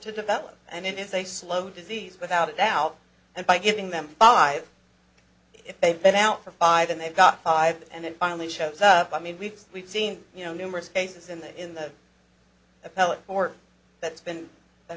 to develop and it's a slow disease without a doubt and by giving them five if they've been out for five and they've got five and then finally shows up i mean we've we've seen you know numerous cases in the in the appellate court that's been that